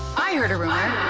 i heard a rumor,